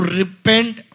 repent